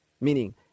Meaning